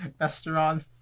restaurant